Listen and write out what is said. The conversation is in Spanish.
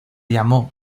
llamó